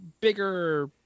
bigger